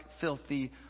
filthy